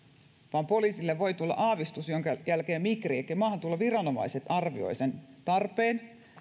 vaan poliisille voi tulla aavistus jonka jälkeen migri elikkä maahantuloviranomaiset arvioivat sen tarpeen